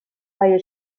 های